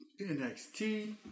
NXT